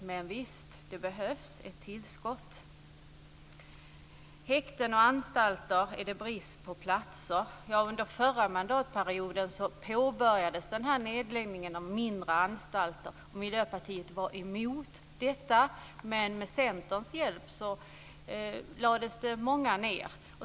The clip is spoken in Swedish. Men, visst, det behövs ett tillskott. På häkten och anstalter är det brist på platser. Under förra mandatperioden påbörjades nedläggningen av mindre anstalter. Miljöpartiet var emot detta. Men med Centerns hjälp lades många ned.